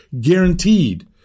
guaranteed